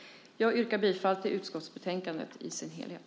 Jag yrkar bifall till utskottets förslag i betänkandet i dess helhet.